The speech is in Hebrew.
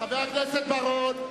חבר הכנסת בר-און.